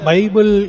Bible